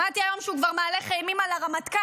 שמעתי היום שהוא מהלך אימים על הרמטכ"ל.